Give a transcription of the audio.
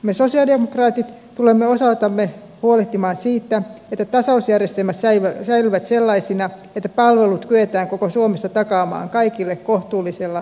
me sosialidemokraatit tulemme osaltamme huolehtimaan siitä että tasausjärjestelmät säilyvät sellaisina että palvelut kyetään koko suomessa takaamaan kaikille kohtuullisella kunnallisveroasteella